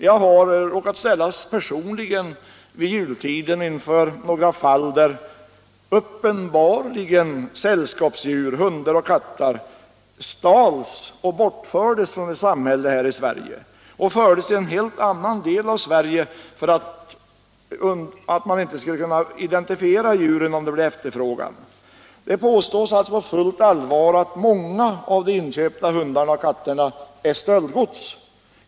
Jag har personligen vid jultiden kommit att ställas inför några fall där sällskapsdjur, hundar och katter, uppenbarligen stals och bortfördes från ett samhälle här i Sverige. Djuren fördes till en helt annan del av landet så att man inte skulle kunna identifiera dem vid efterfrågan. Det påstås på fullt allvar att många inköpta hundar och katter är stöldgods.